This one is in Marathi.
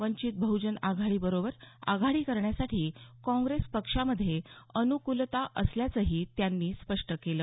वंचित बहुजन आघाडीबरोबर आघाडी करण्यासाठी काँग्रेस पक्षामधे अनुकूलता असल्याचंही त्यांनी स्पष्ट केलं